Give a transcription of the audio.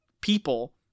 people